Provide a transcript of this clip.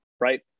right